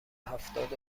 هفتاد